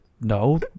no